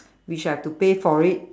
which I have to pay for it